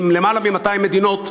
עם למעלה מ-200 מדינות,